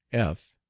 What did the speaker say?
f,